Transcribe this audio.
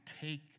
take